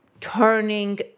turning